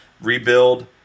rebuild